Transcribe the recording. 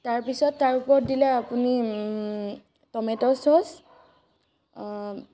তাৰপিছত তাৰ ওপৰত দিলে আপুনি টমেট' ছচ